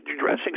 dressing